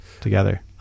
together